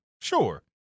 sure